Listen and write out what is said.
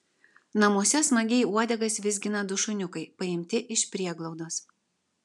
namuose smagiai uodegas vizgina du šuniukai paimti iš prieglaudos